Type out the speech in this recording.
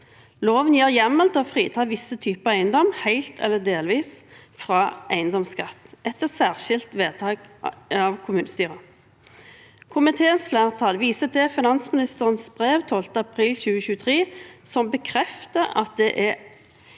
Loven gir hjemmel til å frita visse typer eiendom helt eller delvis fra eiendomsskatt etter særskilt vedtak av kommunestyret. Komiteens flertall viser til finansministerens brev av 12. april 2023, som bekrefter at det i